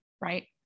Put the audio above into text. right